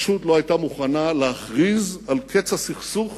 פשוט לא היתה מוכנה להכריז על קץ הסכסוך